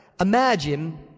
imagine